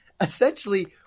essentially